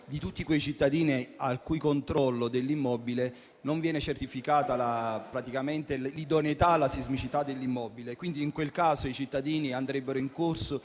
di tutti quei cittadini al cui controllo dell'immobile non viene certificata l'idoneità alla sismicità. In tal caso i cittadini andrebbero incontro